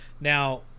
Now